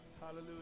Hallelujah